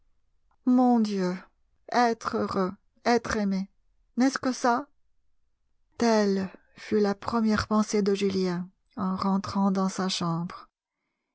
mon dieu être heureux être aimé n'est-ce que ça telle fut la première pensée de julien en rentrant dans sa chambre